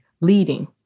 leading